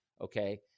okay